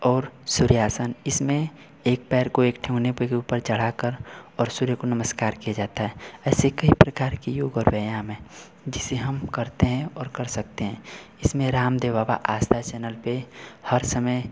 और सुर्यासन इसमें एक पैर को एक घुटने के ऊपर चढ़ाकर और सुर्य को नमस्कार किया जाता है ऐसे कई प्रकार के योग और व्यायाम हैं जिसे हम करते हैं और कर सकते हैं इसमें रामदेव बाबा आस्था चैनल पर हर समय